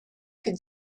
could